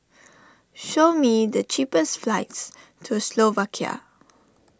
show me the cheapest flights to Slovakia